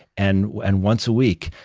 and and once a week,